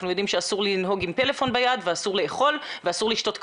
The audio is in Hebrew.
אנחנו יודעים שאסור לנהוג עם טלפון ביד ואסור לאכול ואסור לשתות קפה,